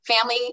Family